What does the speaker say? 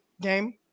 game